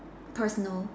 personal